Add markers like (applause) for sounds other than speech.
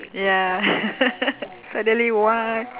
ya (laughs) suddenly what